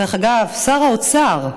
דרך אגב, שר האוצר,